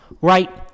Right